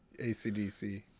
ACDC